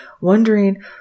wondering